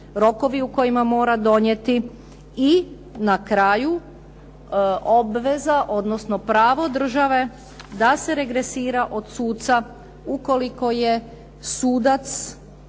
rokovi u kojima mora donijeti i na kraju obveza, odnosno pravo države da se regresira od suca ukoliko je sudac